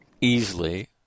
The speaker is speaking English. easily